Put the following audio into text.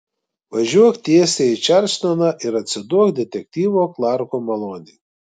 važiuok tiesiai į čarlstoną ir atsiduok detektyvo klarko malonei